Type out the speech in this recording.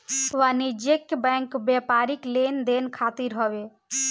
वाणिज्यिक बैंक व्यापारिक लेन देन खातिर हवे